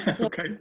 Okay